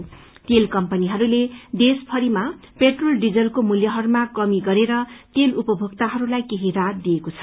रं तेल कम्पनीहरूले देशभरिमा पेट्रोल डिजलको मूल्यहहरूमा कमी गरेर तेल उपभोक्ताहरूलाई केही राहत दिएको छ